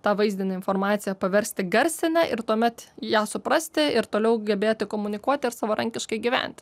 tą vaizdinę informaciją paversti garsine ir tuomet ją suprasti ir toliau gebėti komunikuoti ir savarankiškai gyventi